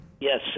Yes